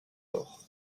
ports